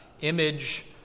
image